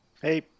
Hey